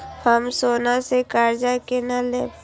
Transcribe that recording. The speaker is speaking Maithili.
हम सोना से कर्जा केना लैब?